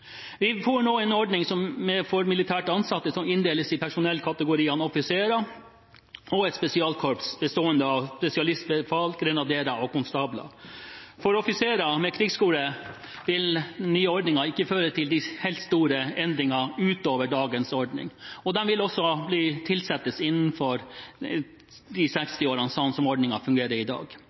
Vi får nå en ordning for militært ansatte som inndeles i personellkategoriene offiserer og et spesialistkorps bestående av spesialistbefal, grenaderer og konstabler. For offiserer med krigsskole vil den nye ordningen ikke føre til de helt store endringene utover dagens ordning. De vil også tilsettes til 60 år, sånn som ordningen fungerer i dag.